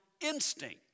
instinct